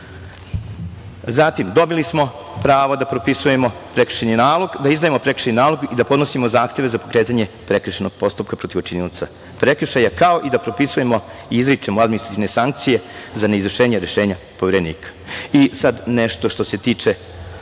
dobili smo pravo da propisujemo prekršajni nalog, da izdajemo prekršajni nalog i da podnosimo zahteve za pokretanje prekršajnog postupka protiv počinioca prekršaja, kao i da propisujemo i izričemo administrativne sankcije za neizvršenje rešenja Poverenika. Sad nešto što se tiče